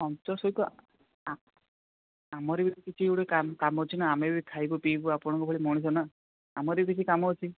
puncture ସହିତ ଆମର ବି କିଛି ଗୋଟେ କାମ ଅଛି ନା ଆମେ ବି ଖାଇବୁ ପିଇବୁ ଆପଣଙ୍କ ଭଳି ମଣିଷ ନା ଆମର ବି କିଛି କାମ ଅଛି